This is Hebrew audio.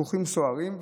ויכוחים סוערים.